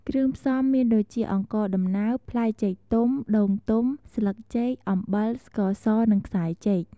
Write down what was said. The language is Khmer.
គ្រឿងផ្សំមានដូចជាអង្ករដំណើប ផ្លែចេកទុំ ដូងទុំ ស្លឹកចេក អំបិល ស្ករស និងខ្សែចេក។